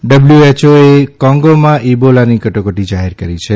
WHO કોંગોમાં ઈબોલાની કટોકટી જાહેર કરી છે